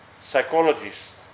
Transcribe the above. psychologists